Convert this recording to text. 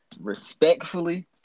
respectfully